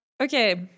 Okay